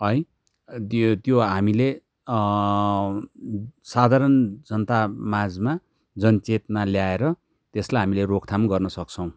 है त्यो त्यो हामीले साधारण जनतामाझमा जनचेतना ल्याएर त्यसलाई हामीले रोकथाम गर्न सक्छौँ